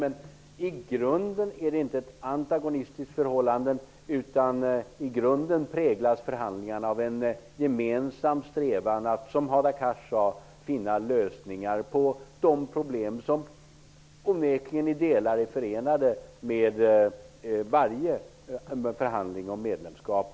Men i grunden är det icke ett antagonistiskt förhållande, utan förhandlingarna präglas av en i grunden gemensam strävan för att, som Hadar Cars sade, finna lösningar på de problem som i delar onekligen är förenade med varje förhandling om medlemskap.